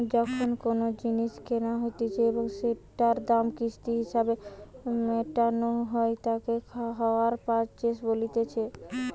যখন কোনো জিনিস কেনা হতিছে এবং সেটোর দাম কিস্তি হিসেবে মেটানো হই তাকে হাইয়ার পারচেস বলতিছে